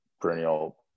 perennial